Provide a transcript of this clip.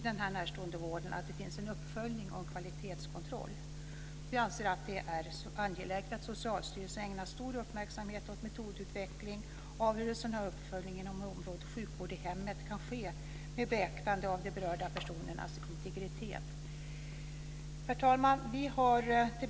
Det är också viktigt att det finns en uppföljning och kvalitetskontroll av närståendevården. Folkpartiet anser att det är angeläget att Socialstyrelsen ägnar stor uppmärksamhet åt metodutveckling för hur en sådan uppföljning inom området sjukvård i hemmet kan ske med beaktande av de berörda personernas integritet. Herr talman!